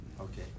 Okay